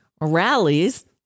rallies